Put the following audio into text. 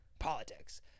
politics